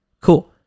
cool